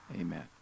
Amen